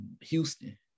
Houston